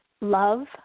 love